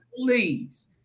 Please